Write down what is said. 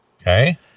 Okay